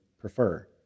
prefer